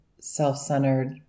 self-centered